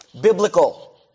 biblical